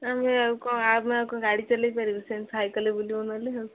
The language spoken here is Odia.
ଆମେ ଆଉ କ'ଣ ଆମେ ଆଉ କ'ଣ ଗାଡ଼ି ଚଲେଇ ପାରିବୁ ସେମିତି ସାଇକେଲ୍ ବୁଲିବୁ ନହେଲେ ଆଉ